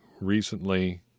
recently